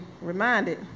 reminded